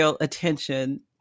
attention